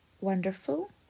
Wonderful